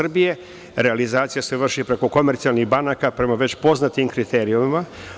Realizacija se vrši preko komercijalnih banaka prema već poznatim kriterijumima.